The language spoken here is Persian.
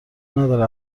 نداره